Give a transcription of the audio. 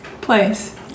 place